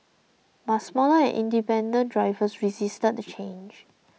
but smaller and independent drivers resisted the change